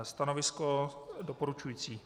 Stanovisko doporučující.